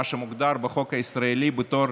מה שמוגדר בחוק הישראלי בתור